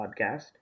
podcast